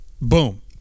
Boom